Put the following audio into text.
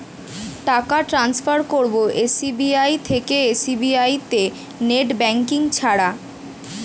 টাকা টান্সফার করব এস.বি.আই থেকে এস.বি.আই তে নেট ব্যাঙ্কিং ছাড়া?